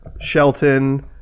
Shelton